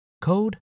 code